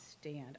stand